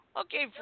Okay